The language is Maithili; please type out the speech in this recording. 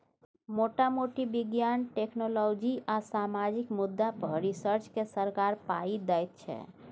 मोटा मोटी बिज्ञान, टेक्नोलॉजी आ सामाजिक मुद्दा पर रिसर्च केँ सरकार पाइ दैत छै